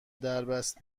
دربست